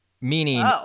Meaning